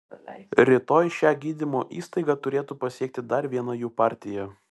rytoj šią gydymo įstaigą turėtų pasiekti dar viena jų partija